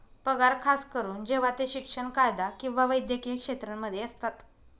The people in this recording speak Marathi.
पगार खास करून जेव्हा ते शिक्षण, कायदा किंवा वैद्यकीय क्षेत्रांमध्ये असतात